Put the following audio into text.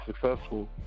successful